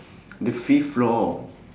the fifth floor